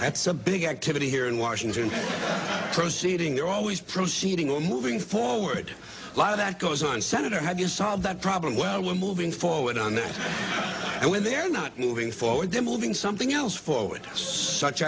that's a big activity here in washington proceeding they're always proceeding on moving forward a lot of that goes on senator how do you solve that problem well we're moving forward on this and when they're not moving forward to moving something else forward as such